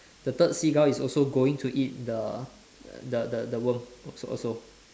the third seagull is also going to eat the the the the worm als~ also